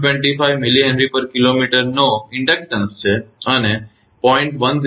25 mHkm નો inductance છે અને 0